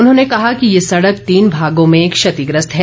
उन्होंने कहा कि यह सडक तीन भागों में क्षतिग्रस्त है